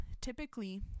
typically